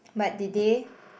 but did they